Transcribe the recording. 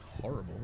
Horrible